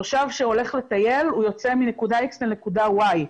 תושב שהולך לטייל יוצא מנקודה X לנקודה Y,